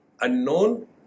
unknown